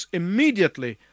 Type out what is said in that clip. immediately